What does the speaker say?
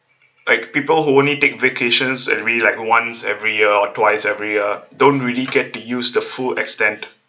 like people who only take vacations maybe like once every year or twice every uh don't really get to use the full extent